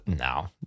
no